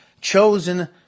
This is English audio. chosen